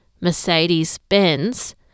Mercedes-Benz